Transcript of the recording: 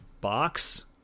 box